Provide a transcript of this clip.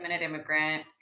immigrant